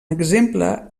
exemple